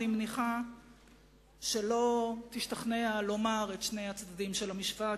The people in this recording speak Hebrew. אני מניחה שלא תשתכנע לומר את שני הצדדים של המשוואה,